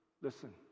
Listen